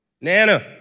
Nana